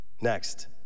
Next